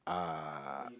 uh